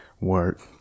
Work